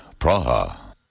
Praha